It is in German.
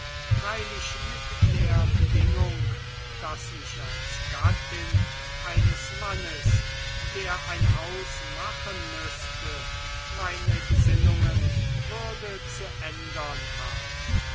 freilich mit der bedingung daß ich als gattin eines mannes der ein haus machen müßte meine gesinnungen würde zu ändern haben